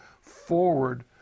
forward